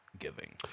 Giving